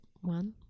one